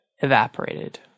evaporated